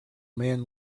man